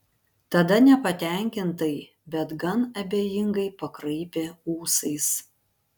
tada nepatenkintai bet gan abejingai pakraipė ūsais